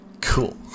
cool